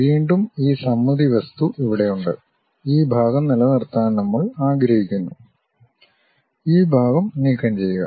വീണ്ടും ഈ സമമിതി വസ്തു ഇവിടെയുണ്ട് ഈ ഭാഗം നിലനിർത്താൻ നമ്മൾ ആഗ്രഹിക്കുന്നു ഈ ഭാഗം നീക്കംചെയ്യുക